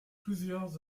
plusieurs